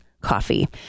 coffee